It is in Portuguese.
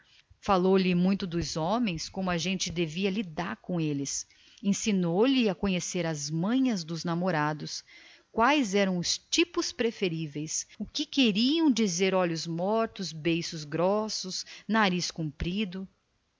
falou muito nos homens disse-lhe como a mulher esperta devia lidar com eles quais eram as manhas e os fracos dos maridos ou dos namorados quais eram os tipos preferíveis o que significava ter olhos mortos beiços grossos nariz comprido